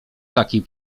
takiej